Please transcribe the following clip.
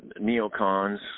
neocons